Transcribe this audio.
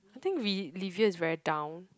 I think we Levia is very down